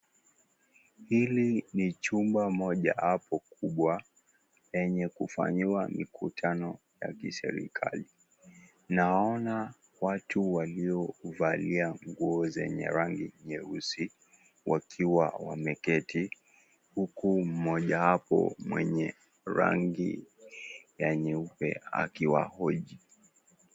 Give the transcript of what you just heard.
Hili ni chumba moja hapo kubwa lenye kufanyiwa mikutano ya kiserikali. Naona watu waliovalia nguo zenye rangi nyeusi wakiwa wameketi, huku mmojawapo mwenye rangi ya nyeupe akiwahoji.